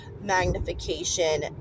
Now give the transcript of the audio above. magnification